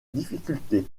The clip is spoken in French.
difficulté